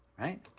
right,